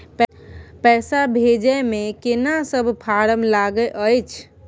पैसा भेजै मे केना सब फारम लागय अएछ?